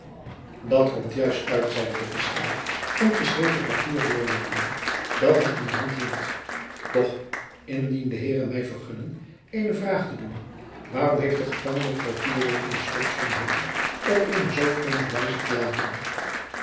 dat komt juist uit zeide de fiscaal een geschreven papier doorloopende dat hij in de hand hield doch indien de heeren mij vergunnen eene vraag te doen waarom heeft de gevangene voor vier weeken het slot te sonheuvel op eene zoo vreemde wijze verlaten